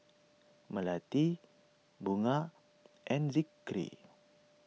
Melati Bunga and Zikri